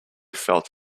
felt